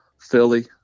Philly